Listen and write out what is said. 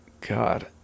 God